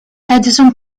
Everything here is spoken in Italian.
edison